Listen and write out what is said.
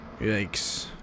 Yikes